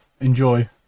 Enjoy